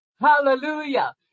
Hallelujah